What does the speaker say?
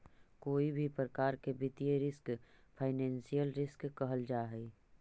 कोई भी प्रकार के वित्तीय रिस्क फाइनेंशियल रिस्क कहल जा हई